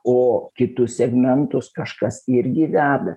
o kitus segmentus kažkas irgi veda